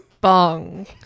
bong